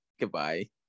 Goodbye